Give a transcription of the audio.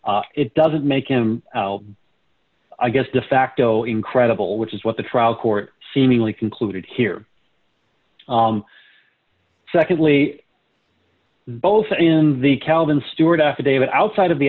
d it doesn't make him i guess de facto incredible which is what the trial court seemingly concluded here secondly both in the calvin stewart affidavit outside of the